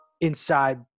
inside